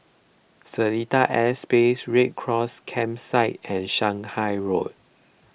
Seletar Aerospace Red Cross Campsite and Shanghai Road